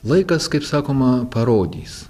laikas kaip sakoma parodys